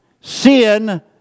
sin